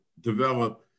develop